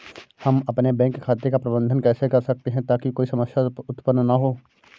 हम अपने बैंक खाते का प्रबंधन कैसे कर सकते हैं ताकि कोई समस्या उत्पन्न न हो?